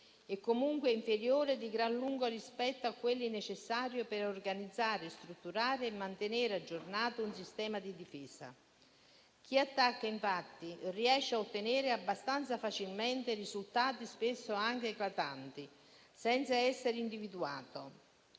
e comunque di gran lunga inferiori rispetto a quelli necessari per organizzare, strutturare e mantenere aggiornato un sistema di difesa. Chi attacca riesce infatti a ottenere abbastanza facilmente risultati spesso anche eclatanti senza essere individuato,